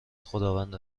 خداوند